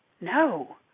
No